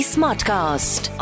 Smartcast